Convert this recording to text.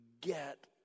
get